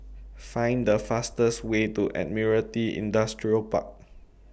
Find The fastest Way to Admiralty Industrial Park